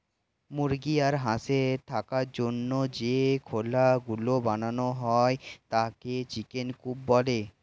মুরগি আর হাঁসের থাকার জন্য যে খোলা গুলো বানানো হয় তাকে চিকেন কূপ বলে